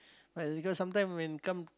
but because sometime when come